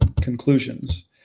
conclusions